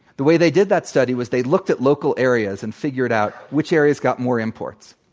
the way they did that study was they looked at local areas and figured out which areas got more imports.